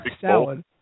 salad